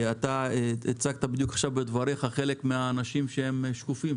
הצגת בדיוק בדבריך חלק מהאנשים שהם שקופים,